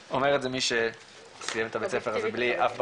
אומר את זה מי שסיים את הבית ספר הזה בלי אף בגרות,